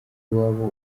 iwabo